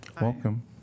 Welcome